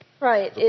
right